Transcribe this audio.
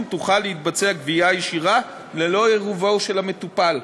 תוכל להתבצע גבייה ישירה ללא עירובו של המטופל.